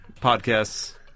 podcasts